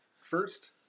first